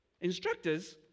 Instructors